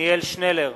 עתניאל שנלר,